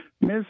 Miss